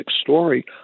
story